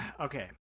Okay